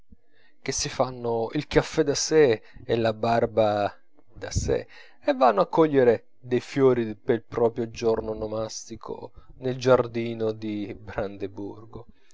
che si fanno il caffè da sè e la barba da sè e vanno a cogliere dei fiori pel proprio giorno onomastico nel giardino di brandeburgo